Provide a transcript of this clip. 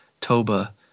Toba